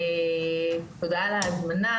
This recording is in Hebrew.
תודה על ההזמנה,